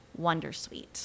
Wondersuite